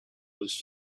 was